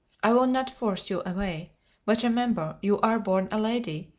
i will not force you away but remember, you are born a lady,